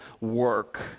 work